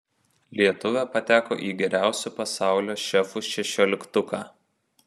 lietuvė pateko į geriausių pasaulio šefų šešioliktuką